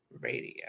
Radio